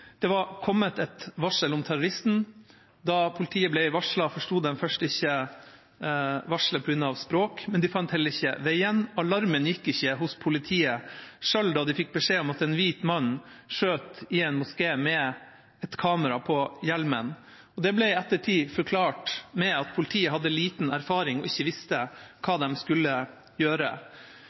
Det var kommet et varsel om terroristen. Da politiet ble varslet, forsto de først ikke varselet på grunn av språket, men de fant heller ikke veien. Alarmen gikk ikke hos politiet selv da de fikk beskjed om at en hvit mann skjøt i en moské med et kamera på hjelmen. Det ble i ettertid forklart med at politiet hadde lite erfaring og ikke visste hva de skulle gjøre.